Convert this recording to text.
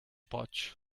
potch